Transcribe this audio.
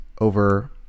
over